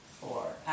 four